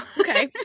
okay